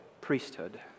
priesthood